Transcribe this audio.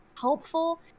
helpful